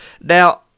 now